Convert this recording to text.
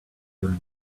you